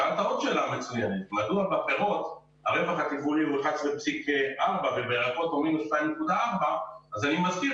מדוע בפירות הרווח התפעולי הוא 11,4 ובירקות הוא 2,4. אני מסביר